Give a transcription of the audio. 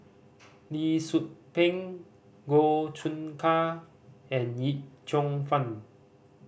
Lee Tzu Pheng Goh Choon Kang and Yip Cheong Fun